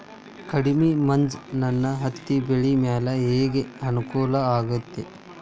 ಕಡಮಿ ಮಂಜ್ ನನ್ ಹತ್ತಿಬೆಳಿ ಮ್ಯಾಲೆ ಹೆಂಗ್ ಅನಾನುಕೂಲ ಆಗ್ತೆತಿ?